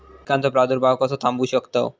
कीटकांचो प्रादुर्भाव कसो थांबवू शकतव?